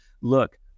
look